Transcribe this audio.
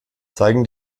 zeigen